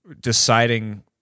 deciding